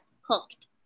hooked